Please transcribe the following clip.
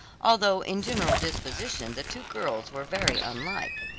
although in general disposition the two girls were very unlike.